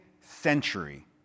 century